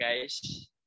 guys